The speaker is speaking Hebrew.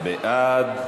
בעד.